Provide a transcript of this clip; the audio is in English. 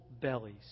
bellies